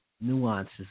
nuances